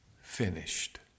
finished